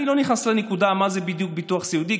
אני לא נכנס לנקודה מה זה בדיוק ביטוח סיעודי,